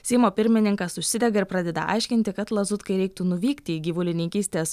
seimo pirmininkas užsidega ir pradeda aiškinti kad lazutkai reiktų nuvykti į gyvulininkystės